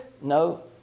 No